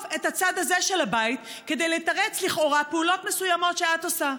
את הצד הזה של הבית כדי לתרץ לכאורה פעולות מסוימות שאת עושה.